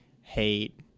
hate